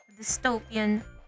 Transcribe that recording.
dystopian